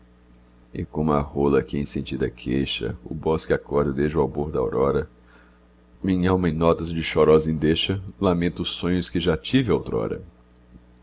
e como a rola que em sentida queixa o bosque acorda desde o albor da aurora minhalma em notas de chorosa endecha lamenta os sonhos que já tive outrora